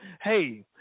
hey